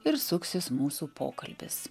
ir suksis mūsų pokalbis